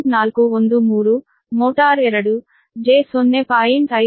413 motor 2 j0